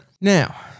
Now